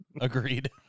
agreed